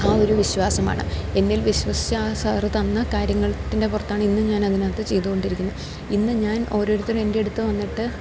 ആ ഒരു വിശ്വാസമാണ് എന്നില് വിശ്വസിച്ച ആ സാറ് തന്ന കാര്യങ്ങത്തിൻ്റെ പുറത്താണ് ഇന്ന് ഞാൻ അതിനകത്ത് ചെയ്തു കൊണ്ടിരിക്കുന്നത് ഇന്ന് ഞാൻ ഓരോരുത്തും എൻ്റെ അടുത്ത് വന്നിട്ട്